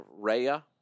Raya